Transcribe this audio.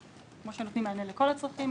וכמו שנותנים מענה לכל הצרכים,